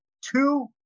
two